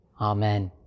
amen